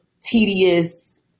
tedious